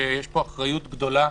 שיש פה אחריות גדולה,